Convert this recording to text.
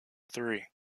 three